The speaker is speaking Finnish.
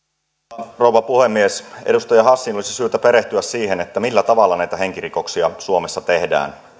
arvoisa rouva puhemies edustaja hassin olisi syytä perehtyä siihen millä tavalla näitä henkirikoksia suomessa tehdään